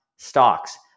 stocks